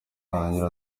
arongera